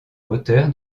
hauteur